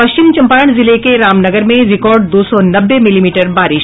पश्चिम चंपारण जिले के रामनगर में रिकार्ड दो सौ नब्बे मिलीमीटर बारिश